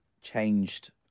changed